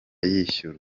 yishyurwa